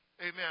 Amen